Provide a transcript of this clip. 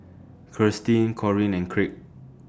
Kirstin Corinne and Craig